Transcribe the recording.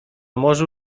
morzu